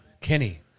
Kenny